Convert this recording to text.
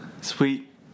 Sweet